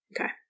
Okay